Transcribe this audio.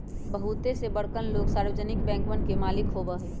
बहुते से बड़कन लोग सार्वजनिक बैंकवन के मालिक होबा हई